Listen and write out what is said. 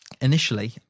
Initially